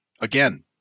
Again